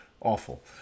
awful